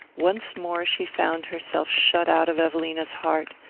once more she found herself shut out of evelina's heart,